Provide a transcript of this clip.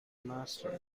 master